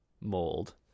mold